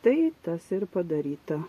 tai tas ir padaryta